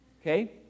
Okay